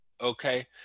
okay